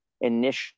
initial